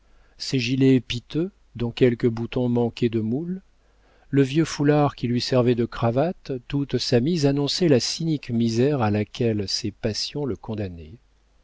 ses gilets piteux dont quelques boutons manquaient de moules le vieux foulard qui lui servait de cravate toute sa mise annonçait la cynique misère à laquelle ses passions le